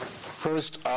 First